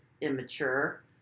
immature